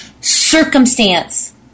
circumstance